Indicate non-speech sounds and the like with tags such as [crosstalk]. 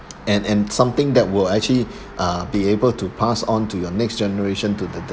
and and something that will actually [breath] uh be able to pass onto your next generation to the the